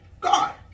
God